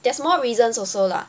there's more reasons also lah